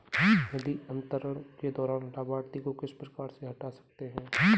निधि अंतरण के दौरान लाभार्थी को किस प्रकार से हटा सकते हैं?